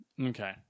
Okay